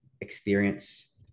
experience